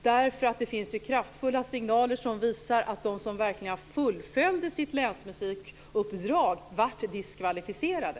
Det finns kraftfulla signaler som visar att de som verkligen fullföljde sitt länsmusikuppdrag blev diskvalificerade.